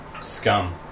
Scum